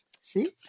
See